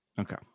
Okay